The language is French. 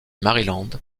maryland